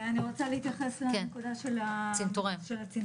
אני רוצה להתייחס לנקודה של הצנתורים,